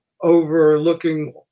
overlooking